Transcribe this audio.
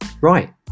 Right